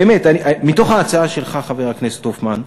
באמת, מתוך ההצעה שלך, חבר הכנסת הופמן,